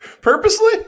Purposely